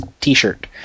t-shirt